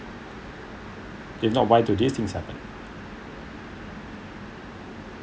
if not why do these things happen